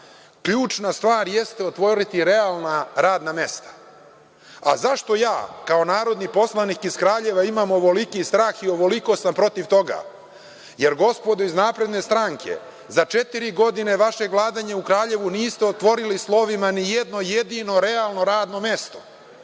Ključna stvar jeste otvoriti realna radna mesta.Zašto ja kao narodni poslanik iz Kraljeva imam ovoliki strah i ovoliko sam protiv toga? Jer, gospodo iz napredne stranke, za četiri godine vašeg vladanja u Kraljevu niste otvorili slovima ni jedno jedino realno radno mesto.